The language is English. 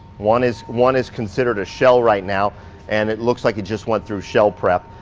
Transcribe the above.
one is one is considered a shell right now and it looks like it just went through shell prep.